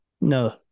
no